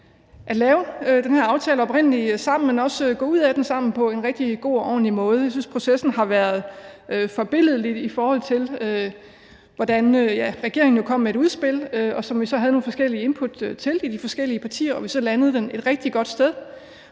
at lave den her aftale sammen, men også for at gå ud af den sammen på en god og ordentlig måde. Jeg synes, processen har været forbilledlig, i forhold til at regeringen jo kom med et udspil, som vi så i de forskellige partier havde nogle forskellige input til, og at vi så landede den et rigtig godt sted,